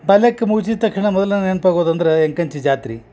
ಬಾಲ್ಯಕ್ಕೆ ಮುಗುಚಿದ ತಕ್ಷಣ ಮೊದಲ ನೆನ್ಪಾಗೋದು ಅಂದ್ರ ಎಂಕಂಚಿ ಜಾತ್ರೆ